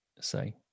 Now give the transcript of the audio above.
say